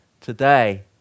today